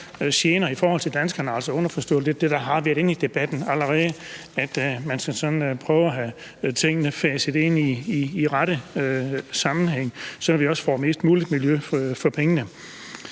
gener for danskerne, altså underforstået det, der allerede har været lidt inde i debatten, nemlig at man skal prøve at få tingene faset ind i den rette sammenhæng, så vi også får mest muligt miljø for pengene.